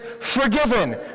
forgiven